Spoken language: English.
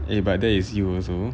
eh but that is you also